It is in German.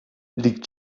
liegt